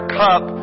cup